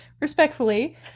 respectfully